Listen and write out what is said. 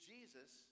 Jesus